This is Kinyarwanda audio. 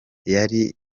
yari